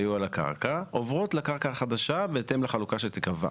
הקרקע, עוברות לקרקע החדשה בהתאם לחלוקה שתיקבע.